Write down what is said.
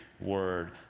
word